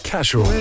Casual